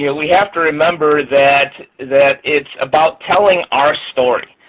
yeah we have to remember that that it's about telling our story.